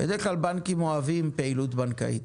בדרך כלל בנקים אוהבים פעילות בנקאית.